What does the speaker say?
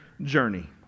journey